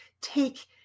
take